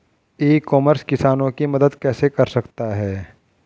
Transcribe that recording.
ई commerce किसानों की मदद कैसे कर सकता है?